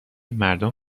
مردم